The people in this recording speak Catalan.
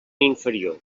inferior